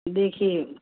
دیکھیے